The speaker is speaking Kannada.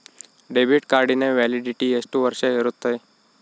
ಡೆಬಿಟ್ ಕಾರ್ಡಿನ ವ್ಯಾಲಿಡಿಟಿ ಎಷ್ಟು ವರ್ಷ ಇರುತ್ತೆ?